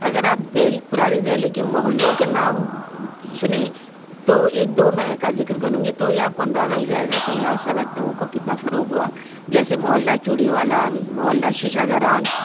اگر آپ دہ پرانی دہلی کے محلوں کے نام سنیں تو ایک دو میں کا ذکر کروں گی تو یہ آپ کو اندازہ ہو جائے گا کہ یہاں صنعتوں کو کتنا فروغ ہوا جیسے محلہ چوڑی والالان محلہ شیشہ گرانن